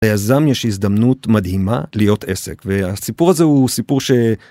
ליזם יש הזדמנות מדהימה להיות עסק והסיפור הזה הוא סיפור ש...